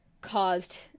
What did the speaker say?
caused